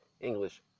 English